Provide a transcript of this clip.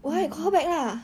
why call back lah